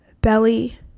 belly